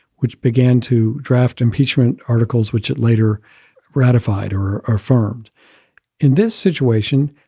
which began to draft impeachment articles which it later ratified or or affirmed in this situation,